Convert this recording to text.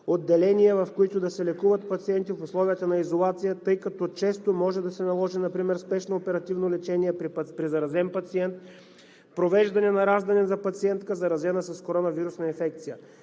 отделения, в които да се лекуват пациенти в условията на изолация, тъй като често може да се наложи например спешно оперативно лечение при заразен пациент, провеждане на раждане за пациентка, заразена с коронавирусна инфекция.